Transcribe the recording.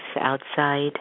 outside